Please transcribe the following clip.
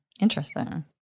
Interesting